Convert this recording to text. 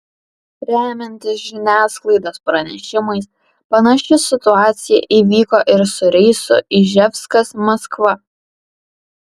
remiantis žiniasklaidos pranešimais panaši situacija įvyko ir su reisu iževskas maskva